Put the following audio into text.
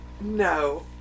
No